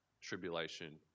tribulation